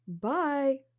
bye